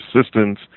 assistance